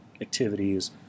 activities